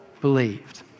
believed